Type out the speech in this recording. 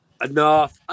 enough